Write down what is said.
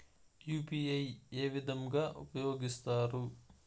UPI ఏ విధంగా ఉపయోగిస్తారు?